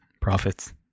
profits